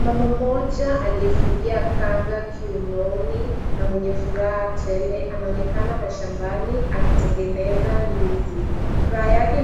Mama mmoja aliyefungia kanga kiunoni, na mwenye furaha tele, anaonekana mashambani akitengeneza ndizi. Furaha yake